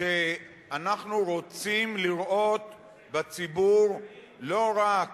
שאנחנו רוצים לראות בציבור לא רק